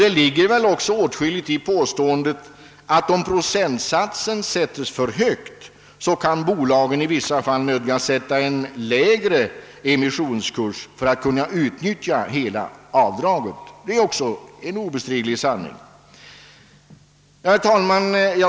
Det ligger väl också mycket i påståendet att om procentsatsen sätts för högt kan bolagen i vissa fall nödgas fastställa en lägre emissionskurs för att kunna utnyttja hela avdraget. Herr talman!